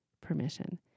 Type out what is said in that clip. permission